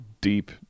deep